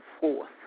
fourth